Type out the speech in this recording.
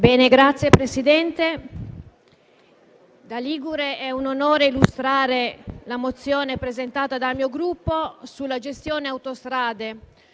Signor Presidente, da ligure è un onore illustrare la mozione presentata dal mio Gruppo sulla gestione delle autostrade,